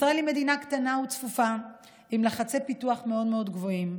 ישראל היא מדינה קטנה וצפופה עם לחצי פיתוח מאוד מאוד גבוהים.